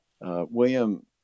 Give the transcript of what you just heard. William